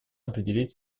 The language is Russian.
определить